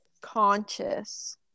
Conscious